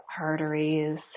arteries